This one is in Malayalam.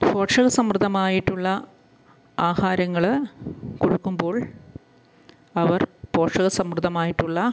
പോഷക സമൃദ്ധമായിട്ടുള്ള ആഹാരങ്ങൾ കൊടുക്കുമ്പോൾ അവർ പോഷക സമൃദ്ധമായിട്ടുള്ള